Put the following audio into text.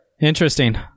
Interesting